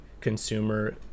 consumer